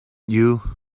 you